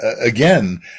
again